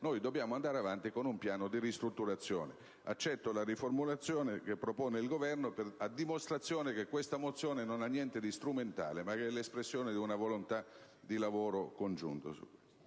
dobbiamo andare avanti con il piano di ristrutturazione. Accetto la riformulazione che propone il Governo, a dimostrazione che questa mozione non ha niente di strumentale, ma è l'espressione di una volontà di lavoro congiunto.